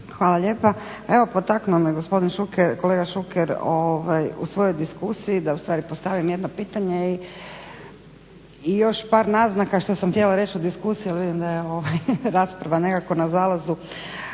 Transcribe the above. Hvala lijepa. Evo potaknuo me gospodin Šuker kolega Šuker u svojoj diskusiji da ustvari postavim jedno pitanje i još par naznaka što sam htjela reći o diskusiji ali vidim da je rasprava nekako na zalazu